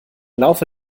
laufe